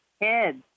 kids